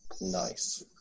Nice